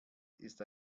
ist